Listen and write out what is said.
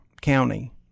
county